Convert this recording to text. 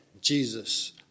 jesus